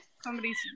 Somebody's